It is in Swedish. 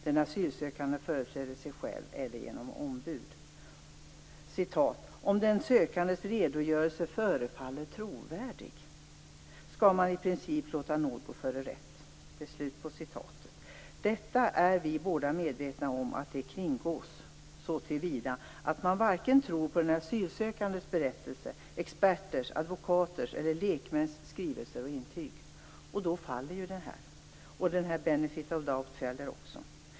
Den asylsökande företräder sig själv, eller också har han eller hon ombud. "Om den sökandes redogörelse förefaller trovärdig" skall man i princip låta nåd gå före rätt. Vi är båda medvetna om att detta kringgås så till vida att man varken tror på den asylsökandes berättelse eller experters, advokaters och lekmäns skrivelser och intyg. Då faller ju det hela. The benefit of the doubt faller också.